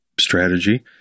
strategy